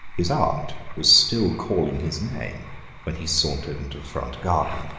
his aunt was still calling his name when he sauntered into the front garden.